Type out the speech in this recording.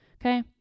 Okay